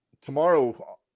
Tomorrow